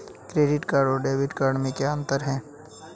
Credit card और debit card में क्या अंतर है?